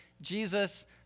jesus